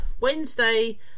Wednesday